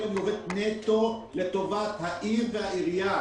אלא אני עובד נטו לטובת העיר והעירייה,